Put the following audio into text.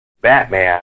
Batman